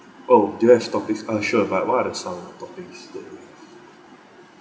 oh do you have toppings uh sure but what are the some toppings that you